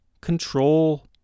control